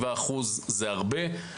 7% זה הרבה.